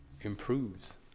improves